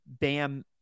Bam